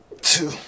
Two